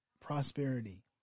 prosperity